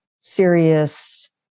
serious